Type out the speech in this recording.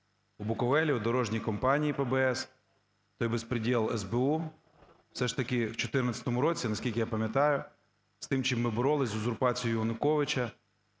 у Буковелі у дорожній компанії ПБС, той бєзпрєдєл СБУ. Все ж таки в 14-му році, наскільки я пам'ятаю, з тим, з чим ми боролися, з узурпацією Януковича,